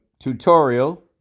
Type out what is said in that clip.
tutorial